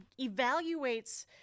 evaluates